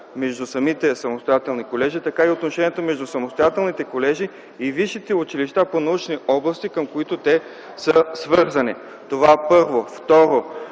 между самите самостоятелни колежи, така и отношенията между самостоятелните колежи и висшите училища по научни области, към които те са свързани. Това, първо. Второ,